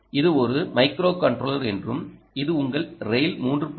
இது ஒரு மைக்ரோகண்ட்ரோலர் என்றும் இது உங்கள் ரெய்ல் 3